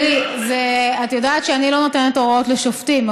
את יודעת שאני לא נותנת הוראות לשופטים,